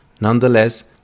Nonetheless